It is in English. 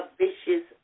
vicious